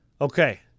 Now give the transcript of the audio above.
Okay